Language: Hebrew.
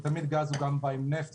כי תמיד גז גם בא עם נפט,